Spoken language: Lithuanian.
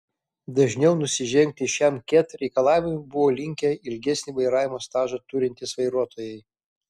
dažniau nusižengti šiam ket reikalavimui buvo linkę ilgesnį vairavimo stažą turintys vairuotojai